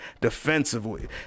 defensively